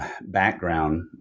background